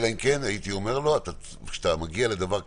אלא אם כן הייתי אומר לו: כשאתה מגיע לדבר כזה,